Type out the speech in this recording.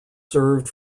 served